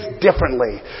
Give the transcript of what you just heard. differently